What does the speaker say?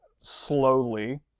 slowly